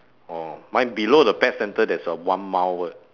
orh mine below the pet centre there's a one mile word